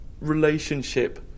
relationship